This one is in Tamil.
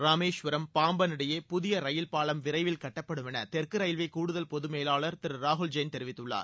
ராமேஸ்வரம் பாம்பன் இடையே புதிய ரயில் பாலம் விரைவில் கட்டப்படும் என தெற்கு ரயில்வே கூடுதல் பொது மேலாளர் திரு ராகுல் ஜெயின் தெரிவித்துள்ளார்